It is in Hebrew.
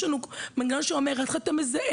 יש לנו מנגנון שאומר איך אתה מזהה,